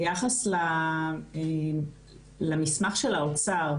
ביחס למסמך של האוצר,